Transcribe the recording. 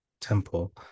temple